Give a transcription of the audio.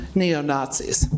neo-Nazis